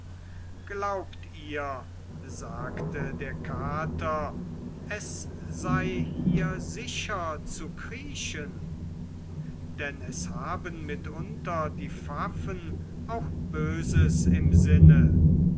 glaubt ihr sagte der kater es sei hier sicher zu kriechen denn es haben mitunter die pfaffen auch böses im sinne